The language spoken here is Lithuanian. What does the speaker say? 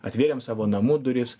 atvėrėm savo namų duris